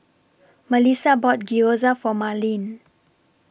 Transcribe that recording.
Melissa bought Gyoza For Marlene